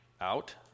Out